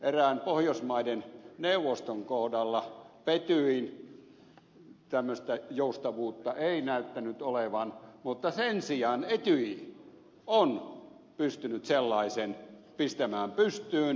erään pohjoismaiden neuvoston kohdalla petyin tämmöistä joustavuutta ei näyttänyt olevan mutta sen sijaan etyj on pystynyt sellaisen pistämään pystyyn